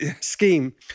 scheme